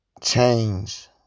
change